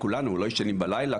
כולנו לא ישנים בלילה,